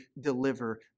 deliver